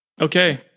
Okay